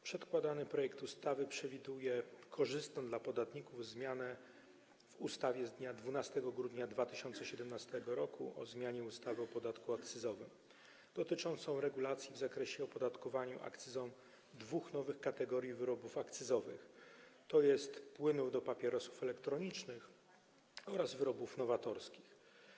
Przedkładany projekt ustawy przewiduje korzystną dla podatników zmianę w ustawie z dnia 12 grudnia 2017 r. o zmianie ustawy o podatku akcyzowym dotyczącą regulacji w zakresie opodatkowania akcyzą dwóch nowych kategorii wyrobów akcyzowych, tj. płynu do papierosów elektronicznych oraz wyrobów nowatorskich.